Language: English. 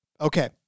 Okay